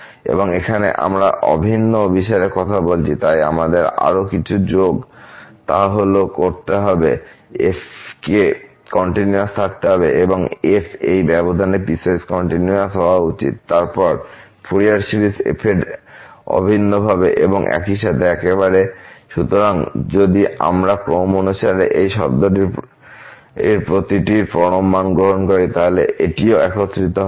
এবং এখন আমরা অভিন্ন অভিসারের কথা বলছি তাই আমাদের আরও কিছু যোগ তা হল করতে হবে f কে কন্টিনিউয়াস থাকতে হবে এবং f এই ব্যবধানে পিসওয়াইস কন্টিনিউয়াস হওয়া উচিত তারপর ফুরিয়ার সিরিজ f এর অভিন্নভাবে এবং একই সাথে একেবারে সুতরাং যদি আমরা ক্রম অনুসারে এই শব্দটির প্রতিটিটির পরম মান গ্রহণ করি তাহলে এটিও একত্রিত হবে